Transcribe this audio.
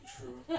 True